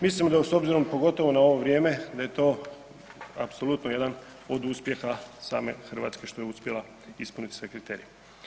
Mislim s obzirom pogotovo na ovo vrijeme da je to apsolutno jedan od uspjeha same Hrvatske što je uspjela ispuniti sve kriterije.